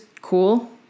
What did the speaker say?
cool